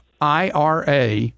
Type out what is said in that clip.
IRA